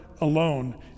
alone